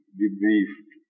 debriefed